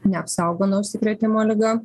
neapsaugo nuo užsikrėtimo liga